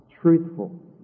truthful